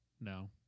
no